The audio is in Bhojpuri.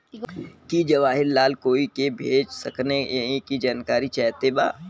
की जवाहिर लाल कोई के भेज सकने यही की जानकारी चाहते बा?